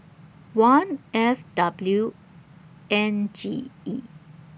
one F W N G E